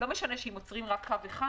לא משנה שאם עוצרים רק קו אחד,